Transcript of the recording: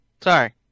Sorry